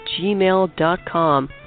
gmail.com